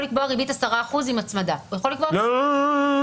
הוא יכול לקבוע ריבית 10% עם הצמדה; יכול לקבוע --- לא הבנתי.